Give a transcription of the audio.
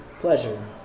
pleasure